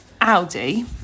Audi